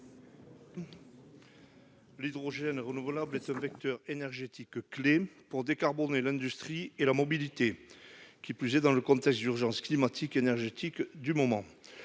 L'hydrogène renouvelable est un vecteur énergétique clé pour décarboner l'industrie et la mobilité, de surcroît dans le contexte d'urgence climatique et énergétique actuel.